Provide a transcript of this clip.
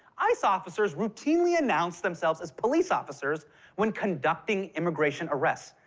ice officers routinely announce themselves as police officers when conducting immigration arrests.